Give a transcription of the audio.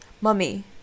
Mummy